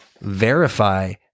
verify